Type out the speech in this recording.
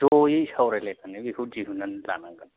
ज'यै सावरायलायनानै बेखौ दिहुननानै लानांगोन